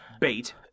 bait